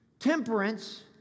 temperance